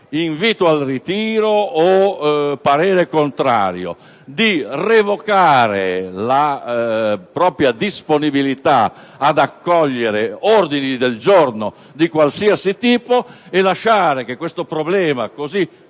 (invito al ritiro o parere contrario), revocando la propria disponibilità ad accogliere ordini del giorno di qualsiasi tipo e lasciando che un problema così